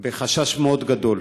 בחשש מאוד גדול,